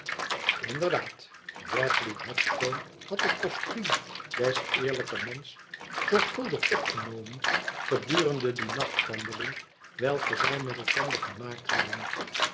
inderdaad bradley headstone had het costuum des eerlijken mans zorgvuldig opgenomen gedurende die nachtwandeling welke zij met elkander gemaakt hadden